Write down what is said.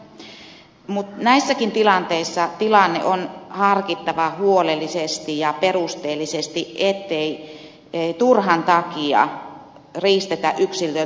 mutta näissäkin tilanteissa tilanne on harkittava huolellisesti ja perusteellisesti ettei turhan takia riistetä yksilöltä itsemääräämisoikeutta